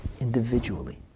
individually